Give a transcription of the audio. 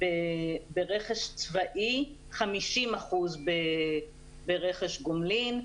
ברכש צבאי 50% ברכש גומלין.